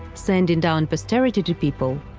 sending down posterity to people.